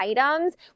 items